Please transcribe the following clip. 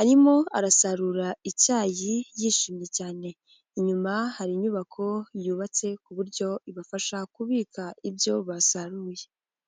arimo arasarura icyayi yishimye cyane inyuma hari inyubako yubatse ku buryo ibafasha kubika ibyo basaruye.